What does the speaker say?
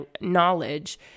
knowledge